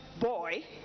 boy